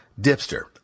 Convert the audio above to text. Dipster